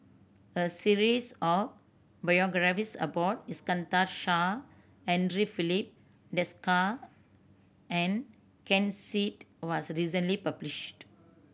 a series of biographies about Iskandar Shah Andre Filipe Desker and Ken Seet was recently published